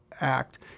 Act